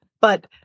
But-